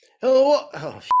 hello